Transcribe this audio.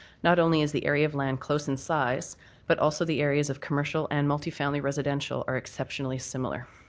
not only is the area of land close in size but also the areas of commercial and multifamily residential are exceptionally similar.